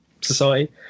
society